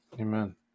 Amen